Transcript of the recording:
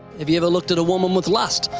have you ever looked at a woman with lust?